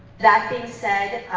that being said,